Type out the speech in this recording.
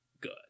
good